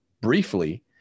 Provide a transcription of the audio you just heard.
briefly